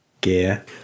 gear